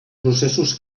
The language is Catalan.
processos